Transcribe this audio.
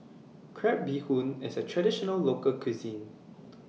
Crab Bee Hoon IS A Traditional Local Cuisine